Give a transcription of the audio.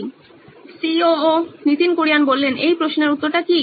Nitin Kurian C O O নইন electronics এই প্রশ্নের উত্তরটা কি